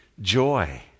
joy